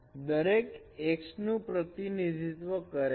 દરેક x નું પ્રતિનિધિત્વ કરે છે